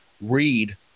read